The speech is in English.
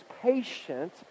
patient